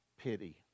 pity